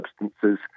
substances